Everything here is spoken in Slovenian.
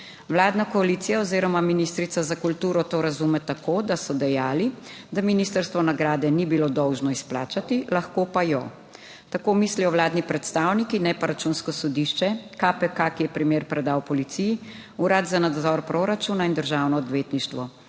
Vladna koalicija oziroma ministrica za kulturo to razume tako, da so dejali, da ministrstvo nagrade ni bilo dolžno izplačati, lahko pa jo. Tako mislijo vladni predstavniki, ne pa Računsko sodišče, KPK, ki je primer predal policiji, Urad za nadzor proračuna in državno odvetništvo.